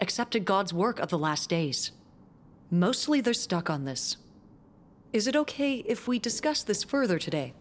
accepted god's work of the last days mostly they're stuck on this is it ok if we discuss this further today